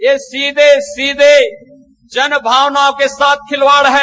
यह सीधे सीधे जनभावनाओं के साथ खिलवाड़ है